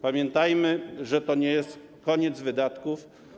Pamiętajmy, że to nie jest koniec wydatków.